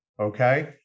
okay